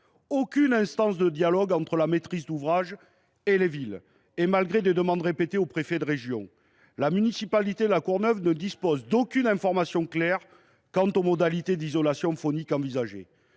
aucune instance de dialogue entre la maîtrise d’ouvrage et les villes. Malgré des demandes répétées au préfet de région, la municipalité de La Courneuve ne dispose d’aucune d’information claire quant aux modalités d’isolation phonique envisagées.